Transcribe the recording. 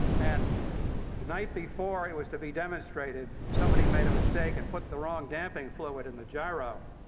and the night before it was to be demonstrated, somebody made a mistake and put the wrong damping fluid in the gyro,